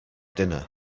dinner